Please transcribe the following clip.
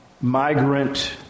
migrant